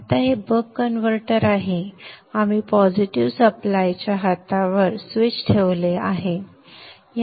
आता हे buck converter आहे आपण पॉझिटिव सप्लाय च्या हातावर स्विच ठेवला आहे